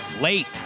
late